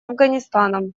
афганистаном